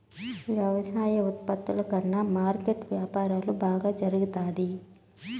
వ్యవసాయ ఉత్పత్తుల కన్నా మార్కెట్ వ్యాపారం బాగా జరుగుతాది